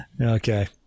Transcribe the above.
Okay